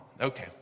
Okay